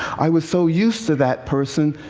i was so used to that person